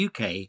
UK